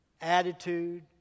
attitude